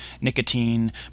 nicotine